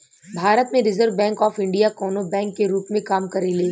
भारत में reserve bank of India कवनो bank के रूप में काम करेले